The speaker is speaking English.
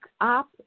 up